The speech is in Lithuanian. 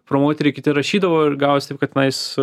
promoteriai kiti rašydavo ir gavos taip kad tenais